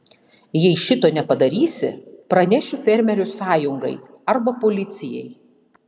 jei šito nepadarysi pranešiu fermerių sąjungai arba policijai